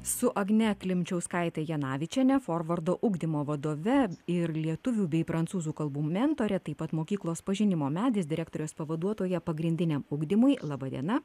su agne klimčiauskaite janavičiene forvardo ugdymo vadove ir lietuvių bei prancūzų kalbų mentore taip pat mokyklos pažinimo medis direktorės pavaduotoja pagrindiniam ugdymui laba diena